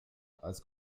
als